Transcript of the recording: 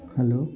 hello